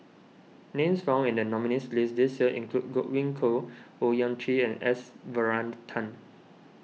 names found in the nominees' list this year include Godwin Koay Owyang Chi and S Varathan